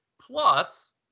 Plus